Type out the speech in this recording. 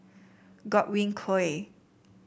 Godwin Koay